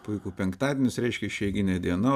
puiku penktadienis reiškia išeiginė diena